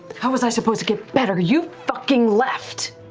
how was i supposed to get better? you fucking left!